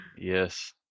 Yes